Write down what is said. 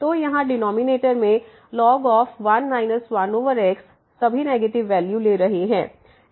तो यहाँ डिनॉमिनेटर में ln 1 1x सभी नेगेटिव वैल्यू ले रहे हैं